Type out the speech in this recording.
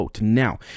now